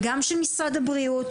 וגם של משרד הבריאות,